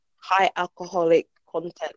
high-alcoholic-content